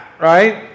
right